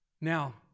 Now